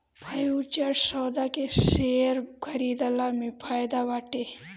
futures सौदा के share खरीदला में फायदा बाटे